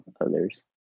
others